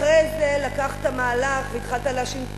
אחרי זה לקחת מהלך והתחלת להאשים את